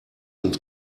uns